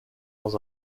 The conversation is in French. dans